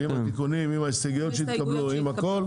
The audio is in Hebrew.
עם התיקונים, עם ההסתייגויות שהתקבלו, עם הכול.